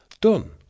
Done